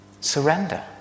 Surrender